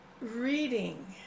reading